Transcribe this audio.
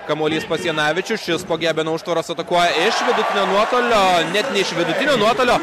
kamuolys pas janavičių šis po gebeno užtvaros atakuoja iš vidutinio nuotolio net ne iš vidutinio nuotolio